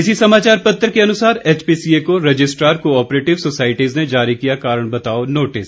इसी समाचार पत्र के अनुसार एचपीसीए को रजिस्ट्रार कोऑपरेटिव सोसाइटीज ने जारी किया कारण बताओ नोटिस